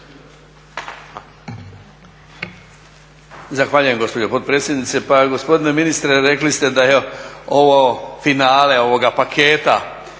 Zahvaljujem gospođo potpredsjednice. Pa gospodine ministre, rekli ste da je ovo finale ovoga paketa.